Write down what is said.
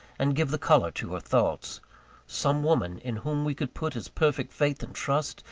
and give the colour to her thoughts some woman in whom we could put as perfect faith and trust,